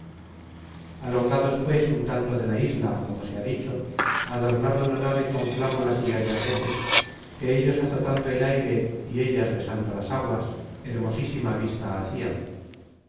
alongados pues un tanto de la isla como se ha dicho adornaron la nave con flámulas y gallardetes que ellos azotando el aire y ellas besando las aguas hermosísima vista hacian